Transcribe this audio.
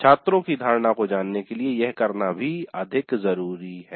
छात्रों की धारणा को जानने के लिए यह करना भी अधिक जरूरी है